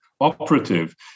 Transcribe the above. operative